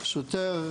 שירתתי